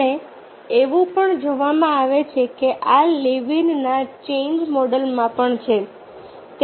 અને એવું પણ જોવામાં આવે છે કે આ લેવિનના ચેન્જ મોડલમાં પણ છે